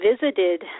visited